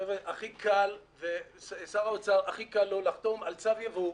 חבר'ה, לשר האוצר הכי קל לחתום על צו ייבוא.